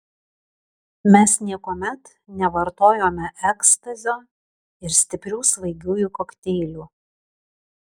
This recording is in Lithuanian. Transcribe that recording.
mes niekuomet nevartojome ekstazio ir stiprių svaigiųjų kokteilių